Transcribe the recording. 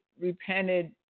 repented